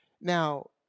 Now